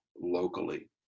locally